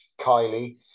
kylie